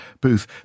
booth